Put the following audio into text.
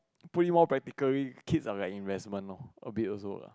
put it more practically kids are like investment loh a bit also lah